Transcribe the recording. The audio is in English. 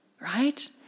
right